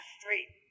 street